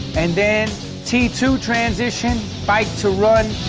and then t two transition, bike to run.